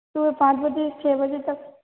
सुबह पाँच बजे से छः बजे तक